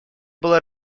была